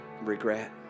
regret